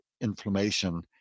inflammation